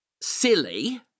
silly